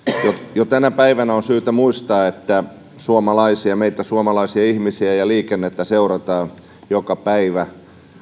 jo tänä päivänä on syytä muistaa että meitä suomalaisia ihmisiä ja liikennettä seurataan joka päivä